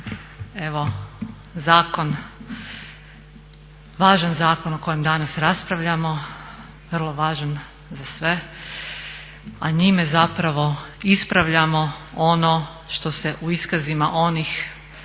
Evo zakon, važan zakon o kojem danas raspravljamo, vrlo važan za sve a njime zapravo ispravljamo ono što se u iskazima onih